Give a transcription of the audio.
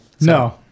No